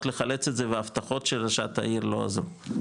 לחלץ את זה וההבטחות של ראשת העיר לא עזרו.